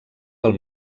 pel